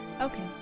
Okay